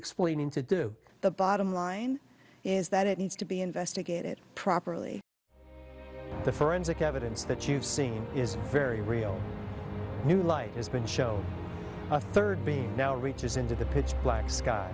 explaining to do the bottom line is that it needs to be investigated properly the forensic evidence that you've seen is a very real new light has been show a third being now reaches into the pitch black sky